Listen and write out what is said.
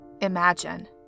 Imagine